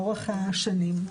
לאורך השנים.